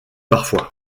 parfois